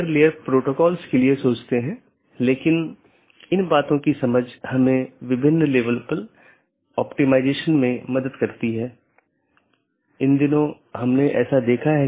और एक autonomous system एक ही संगठन या अन्य सार्वजनिक या निजी संगठन द्वारा प्रबंधित अन्य ऑटॉनमस सिस्टम से भी कनेक्ट कर सकती है